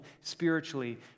spiritually